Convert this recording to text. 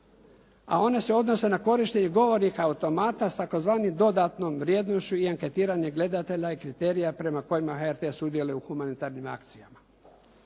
a one se odnose na korištenje govornih automata s tzv. dodatnom vrijednošću i anketiranje gledatelja i kriterija prema kojima HRT sudjeluje u humanitarnim akcijama.